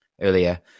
earlier